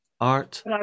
art